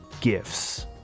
gifts